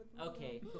Okay